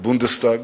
בבונדסטאג,